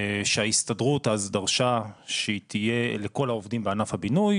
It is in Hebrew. שההסתדרות אז דרשה שהיא תהיה לכל העובדים בענף הבינוי,